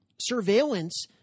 surveillance